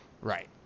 right